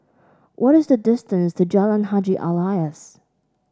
what is the distance to Jalan Haji Alias